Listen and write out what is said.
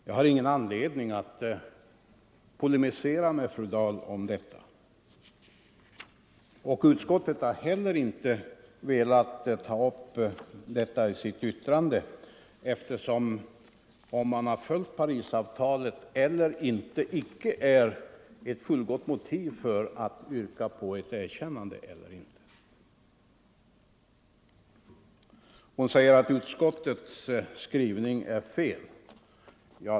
Jag har ingen anledning att polemisera med fru Dahl om detta, och utskottet har heller inte velat ta upp detta i sitt betänkande, eftersom ett efterföljande av Parisavtalet icke är ett fullgott motiv för yrkande om erkännande. Fru Dahl påstår att utskottets skrivning är fel.